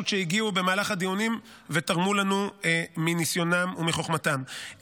שהגיעו במהלך הדיונים ותרמו לנו מניסיונם ומחוכמתם,